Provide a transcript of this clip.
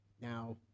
Now